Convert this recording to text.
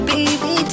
Baby